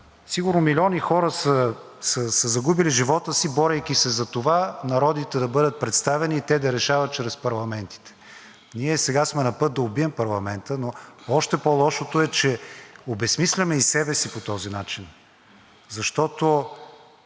Сигурно милиони хора са загубили живота си, борейки се за това народите да бъдат представени и те да решават чрез парламентите, ние сега сме напът да убием парламента, но още по-лошото е, че обезсмисляме и себе си по този начин,